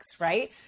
right